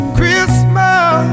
Christmas